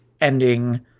ending